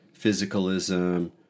physicalism